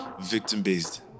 victim-based